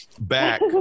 back